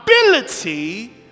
ability